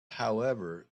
however